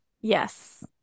yes